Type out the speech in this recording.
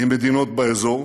עם מדינות באזור,